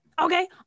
Okay